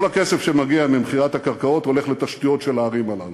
כל הכסף שמגיע ממכירת הקרקעות הולך לתשתיות של הערים האלה.